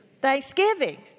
Thanksgiving